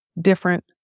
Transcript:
different